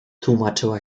tłumaczyła